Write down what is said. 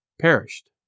perished